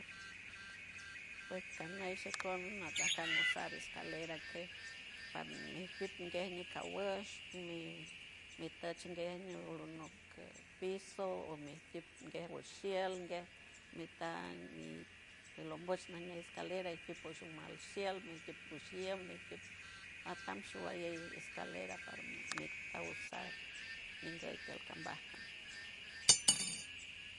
Pues caneishi canou canusar escalera que parmiquip ñunguey necawouu mi mitad shingueya o lonoc piso o miequip gueguoshiel mitad elomboysh naa ñe escalera equipo shumal shiald mi equipo shiembe mi equip atanshubayey escalera para meter cosa ñeiguey ti alcambarka